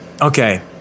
Okay